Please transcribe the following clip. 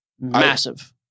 Massive